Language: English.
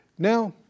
Now